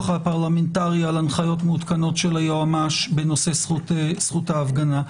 הפרלמנטרי על הנחיות מעודכנות של היועמ"ש בנושא זכות ההפגנה.